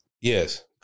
Yes